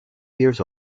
years